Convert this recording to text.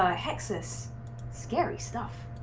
ah hicks it's scary stuff